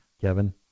Kevin